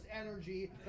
energy